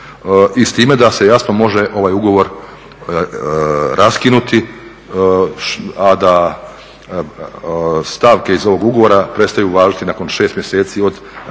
I s time da se jasno može ovaj ugovor raskinuti a da stavke iz ovog ugovora prestaju važiti nakon 6 mjeseci od